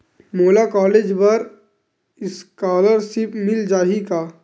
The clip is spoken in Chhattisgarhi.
मोला कॉलेज बर स्कालर्शिप मिल जाही का?